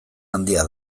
handia